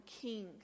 king